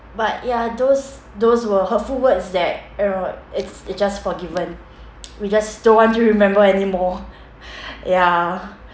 but ya those those were hurtful words that you know it's it's just forgiven we just don't want to remember anymore ya